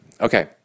Okay